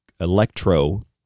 electro